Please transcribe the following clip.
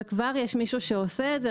וכבר יש מישהו שעושה את זה,